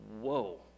whoa